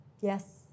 Yes